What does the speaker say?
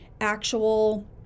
actual